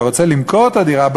אתה רוצה למכור את הדירה,